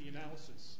you know says